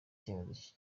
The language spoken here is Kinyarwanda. icyemezo